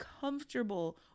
comfortable